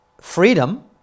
freedom